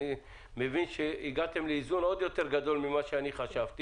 אני מבין שהגעתם לאיזון עוד יותר גדול ממה שחשבתי.